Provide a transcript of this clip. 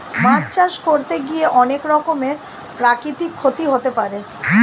মাছ চাষ করতে গিয়ে অনেক রকমের প্রাকৃতিক ক্ষতি হতে পারে